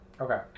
Okay